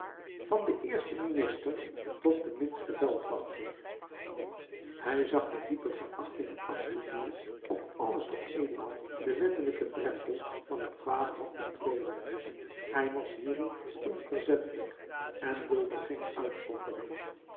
van den eersten minister tot den minsten veldwachter hij zag met diepe verachting en afschuw neer op alles wat eenmaal den wettelijken drempel van het kwade had betreden hij was hierin onverzettelijk en duldde geen uitzonderingen